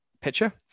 picture